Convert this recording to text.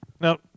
Now